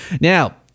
Now